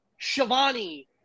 Shivani